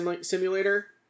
simulator